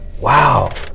Wow